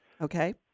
Okay